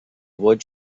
avoid